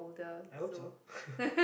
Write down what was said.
I hope so